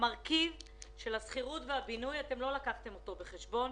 את המרכיב של השכירות והבינוי לא לקחתם בחשבון.